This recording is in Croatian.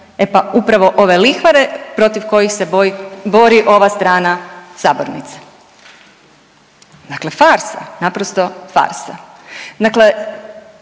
E pa upravo ove lihvare protiv kojih se bori ova strana sabornice. Dakle farsa, naprosto farsa.